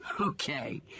Okay